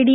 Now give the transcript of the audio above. D